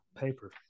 Paper